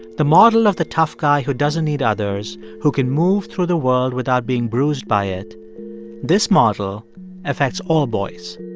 the model of the tough guy who doesn't need others, who can move through the world without being bruised by it this model affects all boys